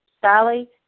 Sally